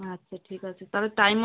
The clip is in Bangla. আচ্ছা ঠিক আছে তাহলে টাইম